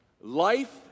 life